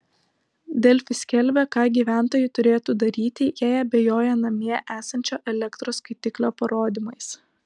delfi skelbė ką gyventojai turėtų daryti jei abejoja namie esančio elektros skaitiklio parodymais